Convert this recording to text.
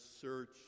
search